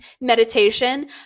meditation